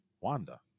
Wanda